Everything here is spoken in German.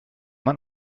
man